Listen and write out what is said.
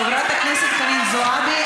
חברת הכנסת חנין זועבי,